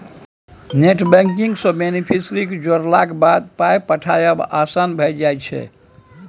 net banking सँ beneficiary जोड़लाक बाद पाय पठायब आसान भऽ जाइत छै